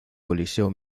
coliseo